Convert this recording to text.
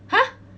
!huh!